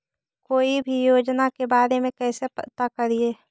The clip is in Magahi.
कोई भी योजना के बारे में कैसे पता करिए?